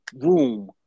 room